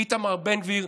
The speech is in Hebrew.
איתמר בן גביר,